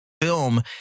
film